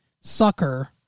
sucker